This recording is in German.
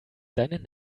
seinen